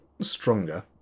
stronger